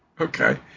Okay